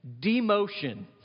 Demotion